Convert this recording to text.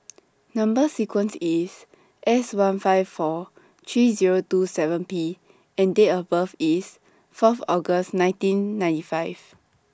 Number sequence IS S one five four three Zero two seven P and Date of birth IS Fourth August nineteen ninety five